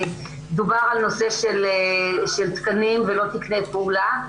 דובר על נושא של תקנים ולא תקני פעולה,